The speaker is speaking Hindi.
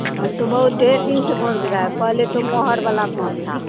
हम तो बहुत ढेर दिन से बोल रहा है पहले तो मोहर वाला भोंट था